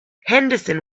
henderson